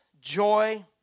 joy